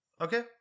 Okay